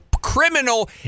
criminal